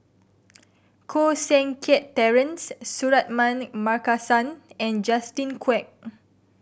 Koh Seng Kiat Terence Suratman Markasan and Justin Quek